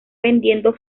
vendiendo